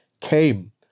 came